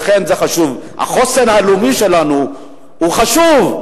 לכן זה חשוב, החוסן הלאומי שלנו הוא חשוב.